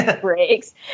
breaks